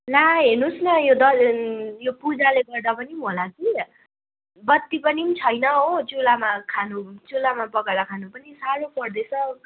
ला हेर्नु होस् न यो दा यो पुजाले गर्दा पनि होला कि बत्ती पनि छैन हो चुल्हामा खानु चुल्हामा पकाएर खानु पनि साह्रो पर्दैछ